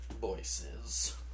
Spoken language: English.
voices